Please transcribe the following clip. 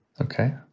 Okay